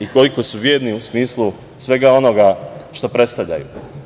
i koliko su bedni u smislu svega onoga što predstavljaju.